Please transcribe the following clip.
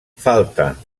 falta